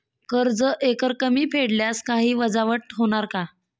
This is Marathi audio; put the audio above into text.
कर्ज एकरकमी फेडल्यास काही वजावट होणार का?